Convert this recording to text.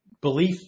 belief